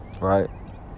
Right